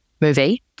movie